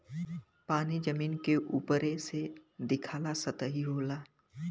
पानी जमीन के उपरे से दिखाला सतही होला